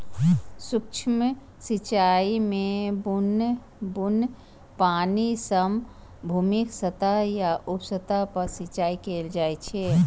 सूक्ष्म सिंचाइ मे बुन्न बुन्न पानि सं भूमिक सतह या उप सतह पर सिंचाइ कैल जाइ छै